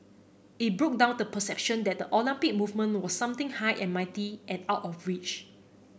it broke down the perception that the Olympic movement was something high and mighty and out of reach